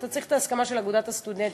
אתה צריך את ההסכמה של אגודת הסטודנטים.